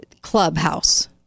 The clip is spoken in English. Clubhouse